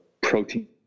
protein